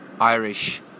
Irish